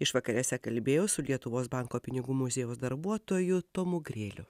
išvakarėse kalbėjau su lietuvos banko pinigų muziejaus darbuotoju tomu grėliu